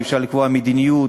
אי-אפשר לקבוע מדיניות,